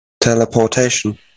Teleportation